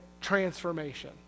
transformation